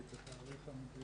אתן לך את התאריך המדויק.